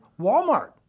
Walmart